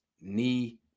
knee